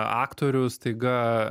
aktorių staiga